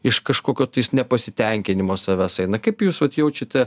iš kažkokio tais nepasitenkinimo savęs eina kaip jūs vat jaučiate